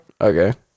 Okay